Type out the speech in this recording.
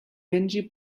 venĝi